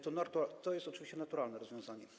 To jest oczywiście naturalne rozwiązanie.